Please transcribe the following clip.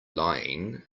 lying